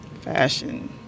fashion